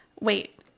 Wait